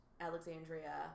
Alexandria